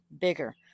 bigger